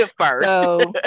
first